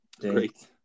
great